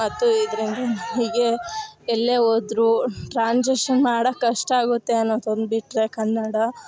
ಮತ್ತು ಇದರಿಂದ ಹೀಗೆ ಎಲ್ಲೇ ಹೋದ್ರು ಟ್ರಾಂಜೇಷನ್ ಮಾಡೋಕ್ ಕಷ್ಟ ಆಗುತ್ತೆ ಅನ್ನೋದು ಒಂದು ಬಿಟ್ಟರೆ ಕನ್ನಡ